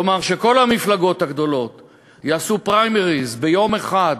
כלומר שכל המפלגות הגדולות יעשו פריימריז ביום אחד,